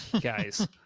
guys